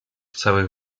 całych